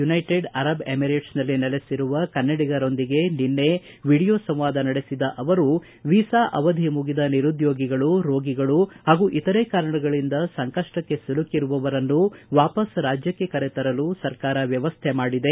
United Arab ಎಮಿರೇಟ್ಸ್ನಲ್ಲಿ ನೆಲೆಸಿರುವ ಕನ್ನಡಿಗರೊಂದಿಗೆ ನಿನ್ನೆ ವೀಡಿಯೊ ಸಂವಾದ ನಡೆಸಿದ ಅವರು ವೀಸಾ ಅವಧಿ ಮುಗಿದ ನಿರುದ್ಕೋಗಿಗಳು ರೋಗಿಗಳು ಹಾಗೂ ಇತರೆ ಕಾರಣಗಳಿಂದ ಸಂಕಷ್ಟಕ್ಕೆ ಸಿಲುಕಿರುವವರನ್ನು ವಾಪಾಸ್ ರಾಜ್ದಕ್ಕೆ ಕರೆತರಲು ಸರ್ಕಾರ ವ್ತವಸ್ಥೆ ಮಾಡಿದೆ